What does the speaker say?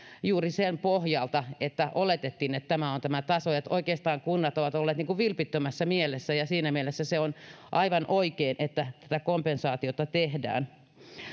juuri sen pohjalta että oletettiin että tämä on tämä taso niin että oikeastaan kunnat ovat olleet niin kuin vilpittömässä mielessä ja siinä mielessä on aivan oikein että tätä kompensaatiota tehdään